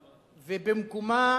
ובמקומה,